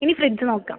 ഇനി ഫ്രിഡ്ജ് നോക്കാം